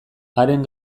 haren